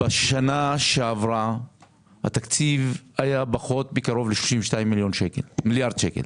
התקציב בשנה שעברה היה כמעט 62 מיליארד שקל